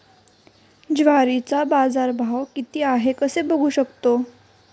ज्वारीचा बाजारभाव किती आहे कसे बघू शकतो?